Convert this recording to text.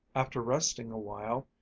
after resting a while,